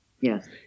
Yes